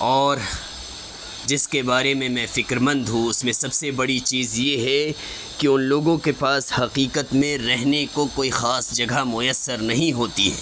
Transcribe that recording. اور جس کے بارے میں میں فکرمند ہوں اس میں سب سے بڑی چیز یہ ہے کہ ان لوگوں کے پاس حقیقت میں رہنے کو کوئی خاص جگہ میسر نہیں ہوتی ہے